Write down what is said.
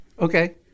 Okay